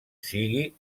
sigui